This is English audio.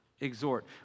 exhort